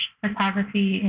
photography